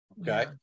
Okay